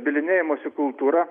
bylinėjimosi kultūra